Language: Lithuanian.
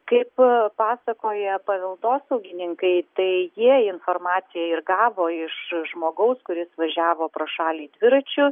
kaip pasakoja paveldosaugininkai tai jie informacija ir gavo iš žmogaus kuris važiavo pro šalį dviračiu